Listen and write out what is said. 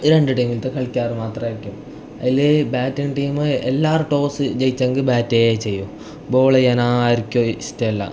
രണ്ട് ടീമിലത്തെ കളിക്കാർ മാത്രം ആയിരിക്കും അതിൽ ബാറ്റിങ്ങ് ടീം എല്ലാവരും ടോസ് ജയിച്ചെങ്കിൽ ബാറ്റേ ചെയ്യൂ ബോൾ ചെയ്യാൻ ആർക്കും ഇഷ്ടമല്ല